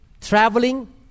traveling